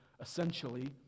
essentially